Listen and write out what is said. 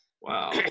Wow